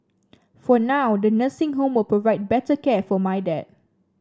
for now the nursing home will provide better care for my dad